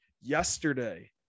Yesterday